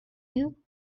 you